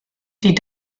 die